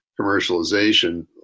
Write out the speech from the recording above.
commercialization